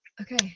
Okay